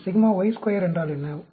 sigma Y square என்றால் என்ன